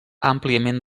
àmpliament